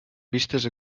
vistes